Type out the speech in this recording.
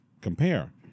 compare